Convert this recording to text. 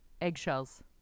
Eggshells